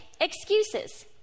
excuses